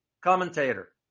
commentator